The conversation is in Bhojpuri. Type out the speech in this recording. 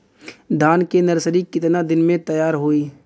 धान के नर्सरी कितना दिन में तैयार होई?